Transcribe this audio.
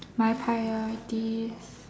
my priorities